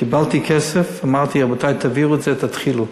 קיבלתי כסף, אמרתי: רבותי, תעבירו את זה, תתחילו.